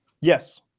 Yes